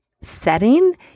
setting